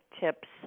tips